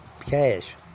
Cash